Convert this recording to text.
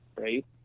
right